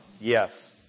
yes